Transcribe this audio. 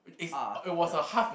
ah ya